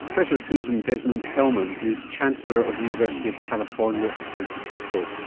professor susan desmond-hellmann is chancellor of the university of california san francisco,